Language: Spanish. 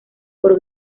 por